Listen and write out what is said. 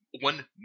one